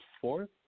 Fourth